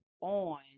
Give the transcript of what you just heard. on